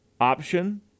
option